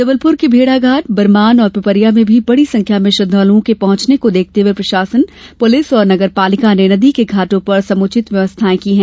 जबलपुर के भेड़ाघाट बरमान और पिपरिया में भी बड़ी संख्या में श्रद्धालुओं के पहुंचने को देखते हुए प्रशासन पुलिस और नगरपालिका ने नदी के घाटों पर समुचित व्यवस्थाएं की हैं